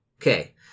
Okay